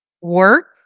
work